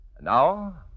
Now